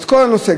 את כל הנושא,